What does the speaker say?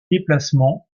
déplacements